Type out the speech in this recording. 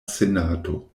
senato